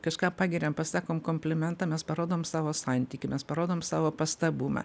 kažką pagiriam pasakom komplimentą mes parodom savo santykį mes parodom savo pastabumą